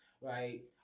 right